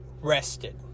rested